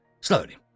slowly